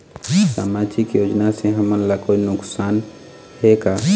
सामाजिक योजना से हमन ला कोई नुकसान हे का?